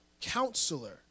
counselor